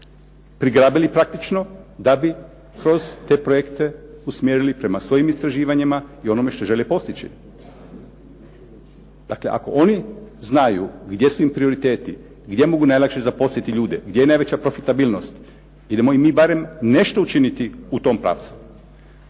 prigrabili praktično da bi kroz te projekte usmjerili prema svojim istraživanjima i onome što žele postići. Dakle, ako oni znaju gdje su im prioriteti, gdje mogu najlakše zaposliti ljude, gdje je najveća profitabilnost, idemo i mi barem nešto učiniti u tom pravcu.